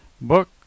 Book